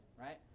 right